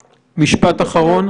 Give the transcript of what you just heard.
לסיכום.